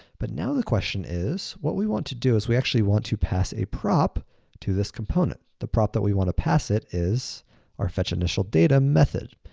but now the question is what we want to do is we actually want to pass a prop to this component. the prop that we wanna pass it is our fetchinitialdata method.